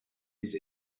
his